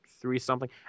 three-something